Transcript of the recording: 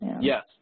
Yes